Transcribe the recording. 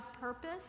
purpose